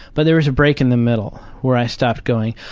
but there was a break in the middle where i stopped going,